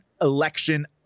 election